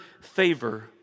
favor